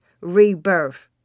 rebirth